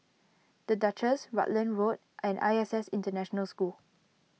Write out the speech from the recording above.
the Duchess Rutland Road and I S S International School